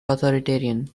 authoritarian